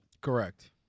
Correct